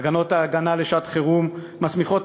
תקנות ההגנה לשעת-חירום מסמיכות את